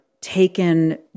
taken